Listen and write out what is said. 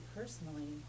personally